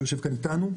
שיושב כאן איתנו.